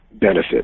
benefit